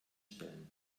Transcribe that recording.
stellen